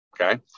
okay